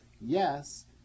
yes